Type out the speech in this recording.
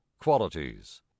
qualities